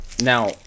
Now